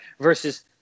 versus